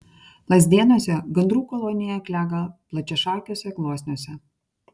lazdėnuose gandrų kolonija klega plačiašakiuose gluosniuose